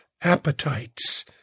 appetites